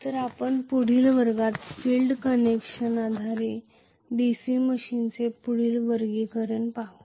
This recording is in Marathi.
तर आपण पुढील वर्गातील फील्ड कनेक्शनच्या आधारे DC मशीनचे पुढील वर्गीकरण पाहू